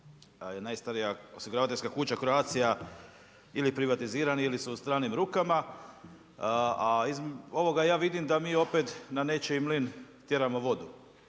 najstarija osiguravateljska kuća Croatia ili privatizirani ili su u stranim rukama a od ovoga ja vidim da mi opet na nečiji mlin tjeramo vodu.